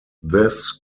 this